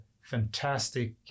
fantastic